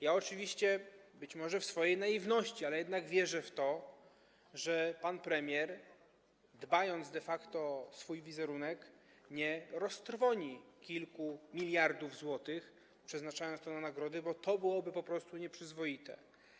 Ja oczywiście, być może w swojej naiwności, ale jednak wierzę w to, że pan premier, dbając de facto o swój wizerunek, nie roztrwoni kilku miliardów złotych, przeznaczając je na nagrody, bo to byłoby po porostu nieprzyzwoite.